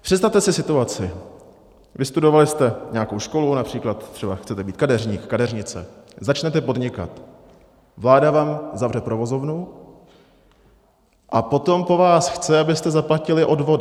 Představte si situaci, vystudovali jste nějakou školu, například třeba chcete být kadeřník, kadeřnice, začnete podnikat, vláda vám zavře provozovnu a potom po vás chce, abyste zaplatili odvody.